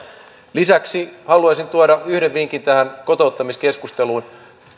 lisäksi haluaisin tuoda yhden vinkin tähän kotouttamiskeskusteluun